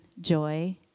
joy